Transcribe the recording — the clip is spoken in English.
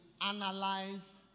analyze